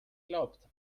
glaubt